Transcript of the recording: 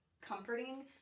comforting